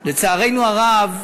לצערנו הרב,